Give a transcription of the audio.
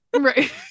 Right